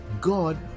God